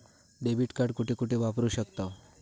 Debit card कुठे कुठे वापरू शकतव?